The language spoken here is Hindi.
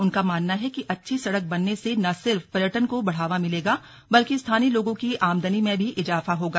उनका मानना है कि अच्छी सड़क बनने से न सिर्फ पर्यटन को बढ़ावा मिलेगा बल्कि स्थानीय लोगों की आमदनी में भी इजाफा होगा